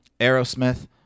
Aerosmith